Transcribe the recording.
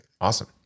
Awesome